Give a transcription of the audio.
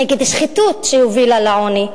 נגד שחיתות שהובילה לעוני.